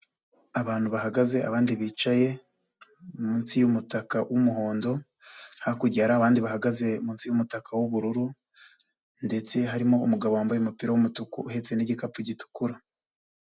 Abantu bahagaze abandi bicaye munsi y'umutaka w'umuhondo. Hakurya hari abandi bahagaze munsi y'umutaka w'ubururu ndetse harimo umugabo wambaye umupira w'umutuku uhetse n'igikapu gitukura.